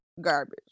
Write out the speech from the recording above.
garbage